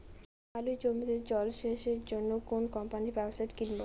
আলুর জমিতে জল সেচের জন্য কোন কোম্পানির পাম্পসেট কিনব?